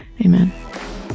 Amen